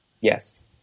yes